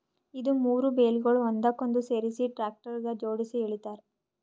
ಇದು ಮೂರು ಬೇಲ್ಗೊಳ್ ಒಂದಕ್ಕೊಂದು ಸೇರಿಸಿ ಟ್ರ್ಯಾಕ್ಟರ್ಗ ಜೋಡುಸಿ ಎಳಿತಾರ್